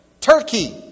Turkey